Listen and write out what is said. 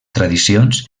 tradicions